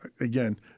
again